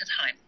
time